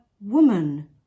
Woman